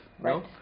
Right